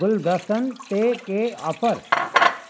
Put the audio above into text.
गुलदस्तनि ते के ऑफ़र